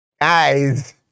guys